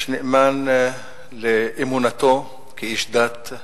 איש נאמן לאמונתו כאיש דת,